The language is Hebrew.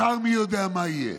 מחר מי יודע מה יהיה.